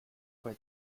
for